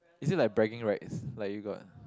is it like bragging rats like you got